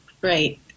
right